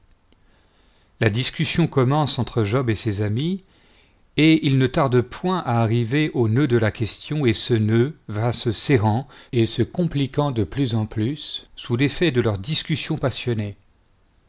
la discussion commence entre job et ses amis et ils ne tardent point à arriver au nœud de la question et ce nœud va se serrant et se compliquant de plus en plus sous l'effet de leurs discours passionnés